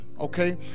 okay